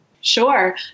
Sure